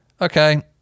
Okay